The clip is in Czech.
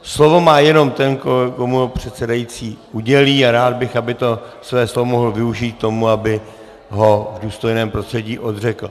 Slovo má jenom ten, komu ho předsedající udělí, a rád bych, aby to své slovo mohl využít k tomu, aby ho v důstojném prostředí odřekl.